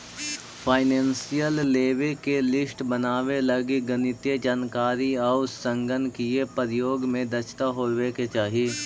financial लेवे के list बनावे लगी गणितीय जानकारी आउ संगणकीय प्रयोग में दक्षता होवे के चाहि